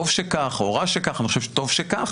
טוב שכך, או רע שכך, אני חושב שטוב שכך.